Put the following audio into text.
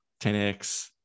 10X